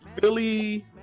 Philly